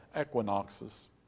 equinoxes